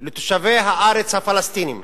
לתושבי הארץ הפלסטינים